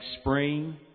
spring